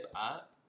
up